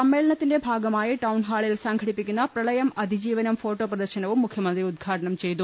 സമ്മേളനത്തിൻരെ ഭാഗമായി ടൌൺഹാളിൽ സംഘടിപ്പി ക്കുന്ന പ്രളയം അതിജീവനം ഫോട്ടോ പ്രദർശനവും മുഖ്യമന്ത്രി ഉദ്ഘാടനം ചെയ്തു